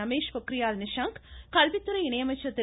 ரமேஷ் பொக்ரியால் நிஷாங்க் கல்வித்துறை இணையமைச்சர் திரு